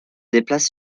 déplace